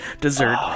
dessert